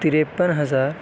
ترپن ہزار